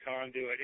conduit